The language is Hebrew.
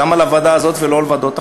למה לוועדה הזאת ולא לוועדות אחרות?